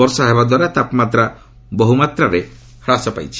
ବର୍ଷା ହେବା ଦ୍ୱାରା ତାପମାତ୍ରା ବହୁମାତ୍ରାରେ ହ୍ରାସ ପାଇଛି